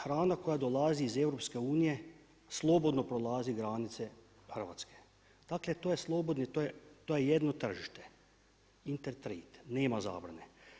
Hrana koja dolazi iz EU slobodno prolazi granice Hrvatske, dakle to je slobodni, to je jedno tržište, inter trade, nema zabrane.